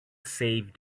save